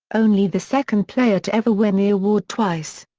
only the second player to ever win the award twice.